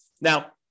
Now